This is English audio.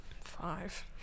Five